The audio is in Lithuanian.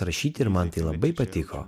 rašyti ir man tai labai patiko